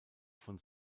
von